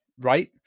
right